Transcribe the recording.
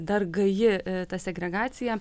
dar gaji ta segregacija